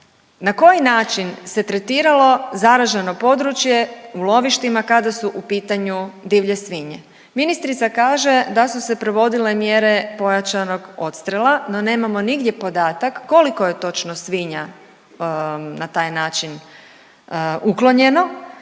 na koji način se tretiralo zaraženo područje u lovištima kada su u pitanju divlje svinje. Ministrica kaže da su se provodile mjere pojačanog odstrela, no nemamo nigdje podatak koliko je točno svinja na taj način uklonjeno